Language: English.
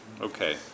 Okay